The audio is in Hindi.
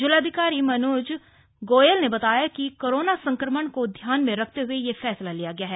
जिलाधिकारी मनुज गोयल ने बताया कि कोरोना संक्रमण को ध्यान में रखते हुए यह निर्णय लिया गया है